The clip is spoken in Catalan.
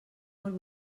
molt